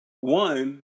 One